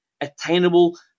attainable